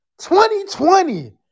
2020